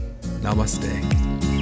Namaste